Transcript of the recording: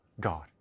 God